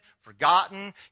forgotten